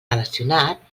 relacionat